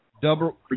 Double